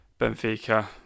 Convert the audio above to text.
Benfica